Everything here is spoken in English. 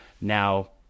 Now